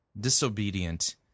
disobedient